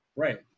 Right